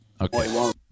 Okay